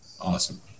awesome